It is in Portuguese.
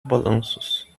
balanços